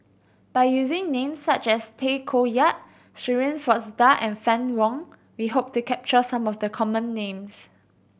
by using names such as Tay Koh Yat Shirin Fozdar and Fann Wong we hope to capture some of the common names